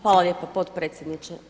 Hvala lijepa, potpredsjedniče.